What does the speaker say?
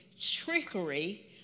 trickery